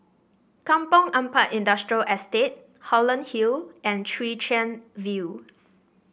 Kampong Ampat Industrial Estate Holland Hill and Chwee Chian View